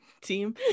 team